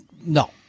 no